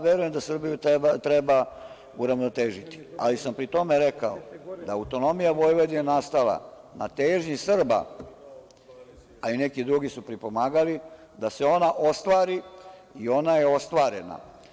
Verujem da Srbiju treba uravnotežiti, ali sam pri tome rekao, da je autonomija Vojvodine nastala na težnji Srba, a i neki drugi su pripomagali da se ona ostvari i ona je ostvarena.